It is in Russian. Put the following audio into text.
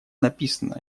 написано